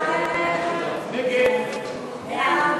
ההצעה להעביר את הצעת חוק הליכי תכנון